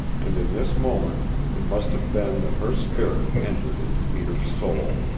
and in this moment it must have been that her spirit entered into peter's soul,